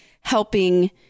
helping